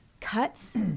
cuts